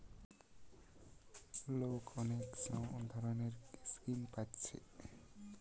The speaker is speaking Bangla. লোক অনেক ধরণের স্কিম পাচ্ছে